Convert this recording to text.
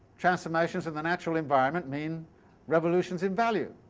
transformations in the natural environment mean revolutions in value.